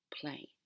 play